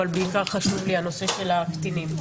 אבל בעיקר חשוב לי הנושא של הקטינים.